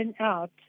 out